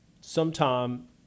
sometime